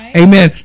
amen